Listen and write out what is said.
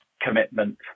commitment